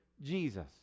Jesus